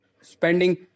spending